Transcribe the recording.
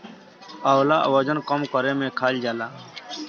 आंवला वजन कम करे में खाईल जाला